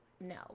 no